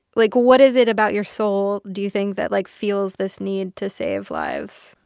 like what is it about your soul, do you think, that, like, feels this need to save lives?